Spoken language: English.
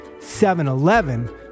7-Eleven